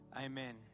Amen